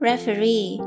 Referee